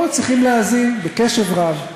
פה צריכים להאזין בקשב רב.